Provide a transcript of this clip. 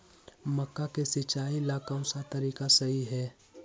मक्का के सिचाई ला कौन सा तरीका सही है?